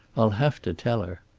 i'll have to tell her.